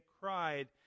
cried